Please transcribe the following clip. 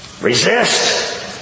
Resist